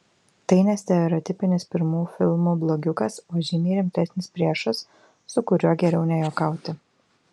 tai ne stereotipinis pirmų filmų blogiukas o žymiai rimtesnis priešas su kuriuo geriau nejuokauti